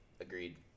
agreed